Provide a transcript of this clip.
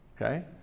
okay